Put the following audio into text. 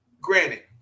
Granted